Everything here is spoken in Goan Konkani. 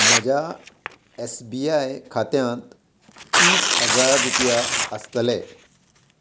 म्हज्या एस बी आय खात्यांत तीस हजार रुपया आसतले